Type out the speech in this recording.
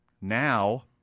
now